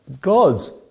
God's